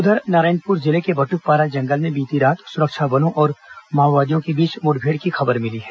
उधर नारायणपुर जिले के बदुकपारा जंगल में बीती रात सुरक्षा बलों और माओवादियों के बीच मुठभेड़ की खबर मिली है